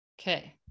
Okay